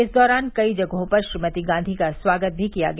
इस दौरान कई जगहों पर श्रीमती गांधी का स्वागत भी किया गया